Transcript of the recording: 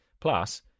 Plus